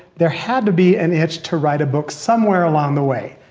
there had to be an itch to write a book somewhere along the way.